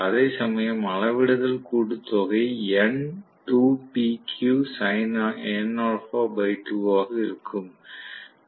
அதேசமயம் அளவிடுதல் கூட்டு தொகை ஆக இருக்கும்